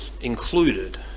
included